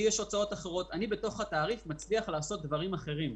אני בתוך התעריף מצליח להכניס חוגים,